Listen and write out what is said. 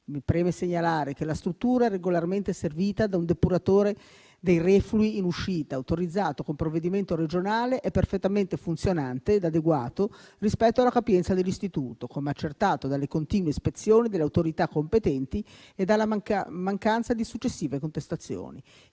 mi preme segnalare che la struttura è regolarmente servita da un depuratore dei reflui in uscita, autorizzato con provvedimento regionale perfettamente funzionante e adeguato rispetto alla capienza dell'istituto, come accertato dalle continue ispezioni delle autorità competenti e dalla mancanza di successive contestazioni.